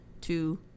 two